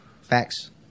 Facts